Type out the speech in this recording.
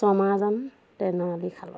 চমাজান তেনআলি খালত